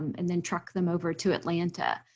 and then truck them over to atlanta.